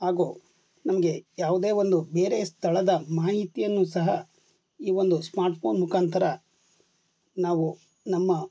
ಹಾಗೂ ನಮಗೆ ಯಾವುದೇ ಒಂದು ಬೇರೆ ಸ್ಥಳದ ಮಾಹಿತಿಯನ್ನು ಸಹ ಈ ಒಂದು ಸ್ಮಾರ್ಟ್ಫೋನ್ ಮುಖಾಂತರ ನಾವು ನಮ್ಮ